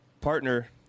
partner